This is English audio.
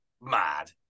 mad